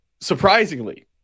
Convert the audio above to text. surprisingly